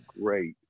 great